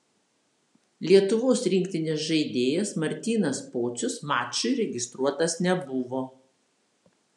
lietuvos rinktinės žaidėjas martynas pocius mačui registruotas nebuvo